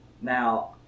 Now